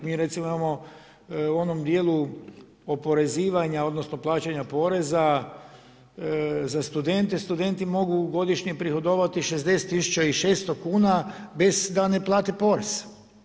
Mi recimo imamo u onom djelu oporezivanja odnosno plaćanja poreza za studente, studenti mogu godišnje prihodovati 60 600 kuna bez da ne plate porez.